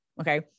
Okay